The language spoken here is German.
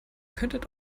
könntet